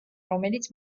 რომელიც